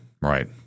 right